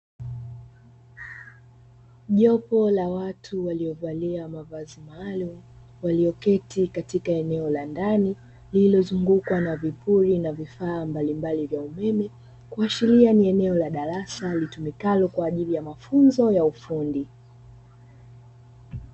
Jopo la watu waliovalia mavazi maalumu walioketi katika eneo la ndani lililozungukwa na vipuli na vifaa mbalimbali vya umeme, kuashiria ni eneo la darasa litumikalo kwa ajili ya mafunzo ya ufundi.